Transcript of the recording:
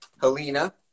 Helena